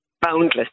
boundless